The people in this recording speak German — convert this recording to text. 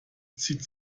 zieht